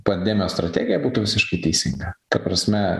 pandemijos strategija būtų visiškai teisinga ta prasme